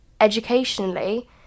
educationally